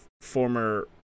former